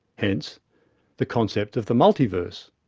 hence the concept of the multiverse.